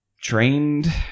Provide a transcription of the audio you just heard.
trained